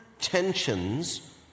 tensions